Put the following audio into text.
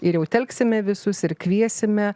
ir jau telksime visus ir kviesime